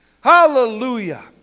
Hallelujah